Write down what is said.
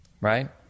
Right